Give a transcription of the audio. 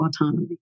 autonomy